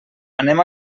anem